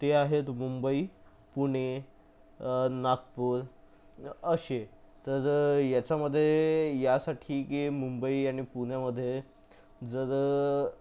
ते आहेत मुंबई पुणे नागपूर असे तर याच्यामध्ये यासाठी की मुंबई आणि पुण्यामध्ये जर